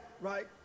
right